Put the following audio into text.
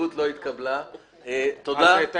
הצבעה בעד 1 נגד